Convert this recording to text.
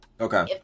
Okay